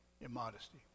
immodesty